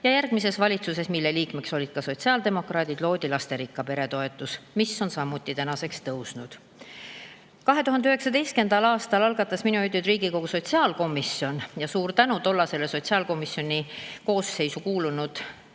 Järgmises valitsuses, kuhu kuulusid ka sotsiaaldemokraadid, loodi lasterikka pere toetus, mis on samuti tänaseks tõusnud. 2019. aastal algatas minu juhitud Riigikogu sotsiaalkomisjon – suur tänu tollastele sotsiaalkomisjoni koosseisu kuulunud